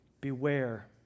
Beware